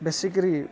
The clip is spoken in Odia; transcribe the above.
ବେଶୀକରି